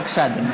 בבקשה, אדוני.